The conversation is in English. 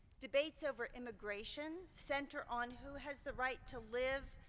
debates over immigration center on who has the right to live,